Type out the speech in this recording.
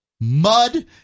mud